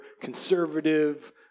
conservative